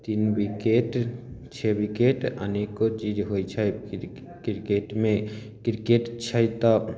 तीन बिकेट छै अनेको चीज होइ छै क्रिकेटमे क्रिकेट छै तऽ